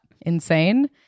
insane